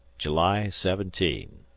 july seventeen.